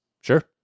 Sure